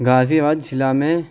غازی آباد ضلع میں